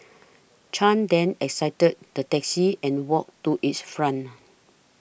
Chan then exited the taxi and walked to its front